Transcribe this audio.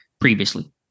previously